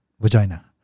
vagina